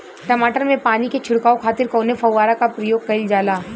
टमाटर में पानी के छिड़काव खातिर कवने फव्वारा का प्रयोग कईल जाला?